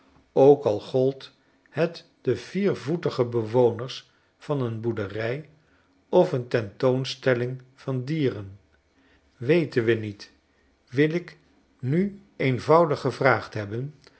ook al gold het de viervoetige bewoners van een boerderij of een tentoonstelling van dieren weten we niet wil ik nu eenvoudig gevraagd hebben